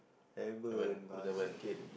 haven't basket